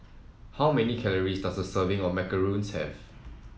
how many calories does a serving of macarons have